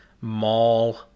mall